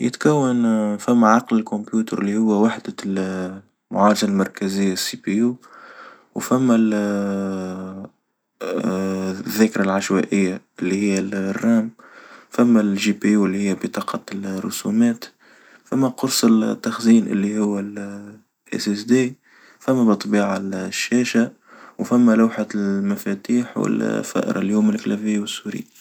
يتكون فما عقل الكمبيوتر اللي هو وحدة المعالجة المركزية السي بي يو، وفما الذاكرة العشوائية اللي هي الرام فما الجي بي واللي هي بطاقة الرسومات، فما قرص التخزين اللي هو ال اس اس دي فما بالطبيعة الشاشة، وفما لوحة المفاتيح والفأرة اليوم الكلافيو سوري.